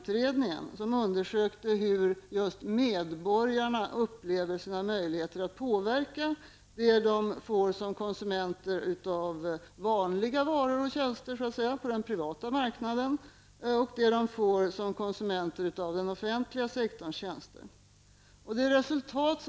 Maktutredningen som undersökte hur just medborgarna upplevde sina möjligheter att påverka det som de får som konsumenter av så att säga vanliga varor och tjänster på den privata marknaden och det som de får som konsumenter av den offentliga sektorns tjänster.